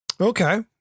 Okay